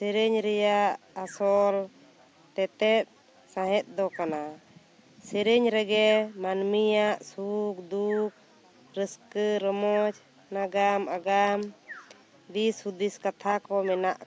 ᱥᱮᱹᱨᱮᱹᱧ ᱨᱮᱭᱟᱜ ᱟᱥᱚᱞ ᱛᱮᱛᱮᱫ ᱥᱟᱶᱦᱮᱫ ᱫᱚ ᱠᱟᱱᱟ ᱥᱮᱹᱨᱮᱹᱧ ᱨᱮᱜᱮ ᱢᱟᱹᱱᱢᱤᱭᱟᱜ ᱥᱩᱠ ᱫᱩᱠ ᱨᱟᱹᱥᱠᱟᱹ ᱨᱚᱢᱚᱡᱽ ᱱᱟᱜᱟᱢ ᱟᱜᱟᱢ ᱫᱤᱥ ᱦᱩᱫᱤᱥ ᱠᱟᱛᱷᱟ ᱠᱚ ᱢᱮᱱᱟᱜ ᱟᱠᱟᱫᱟ